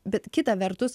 bet kita vertus